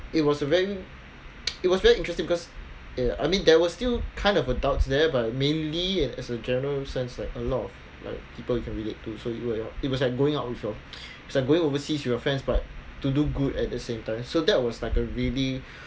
it was a very it was very interesting because it I mean there was still kind of adults there but mainly and as a general sense like a lot of like people you can relate to so you it was like going out with your it was like going overseas with your friends but to do good at the same time so that was like a really